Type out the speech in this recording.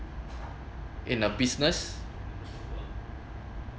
in a business